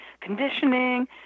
Conditioning